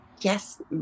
yes